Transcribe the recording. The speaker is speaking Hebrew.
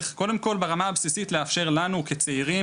צריך קודם כל ברמה הבסיסית לאפשר לנו כצעירים,